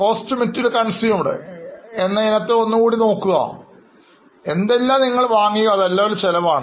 Cost of material consumed എന്ന ഇനത്തെ നോക്കുക എന്തെല്ലാം നിങ്ങൾ വാങ്ങിയോ അതെല്ലാം ഒരു ചെലവാണ്